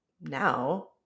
now